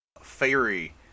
Fairy-